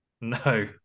No